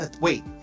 wait